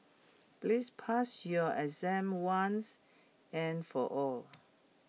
please pass your exam once and for all